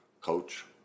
coach